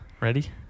Ready